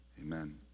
amen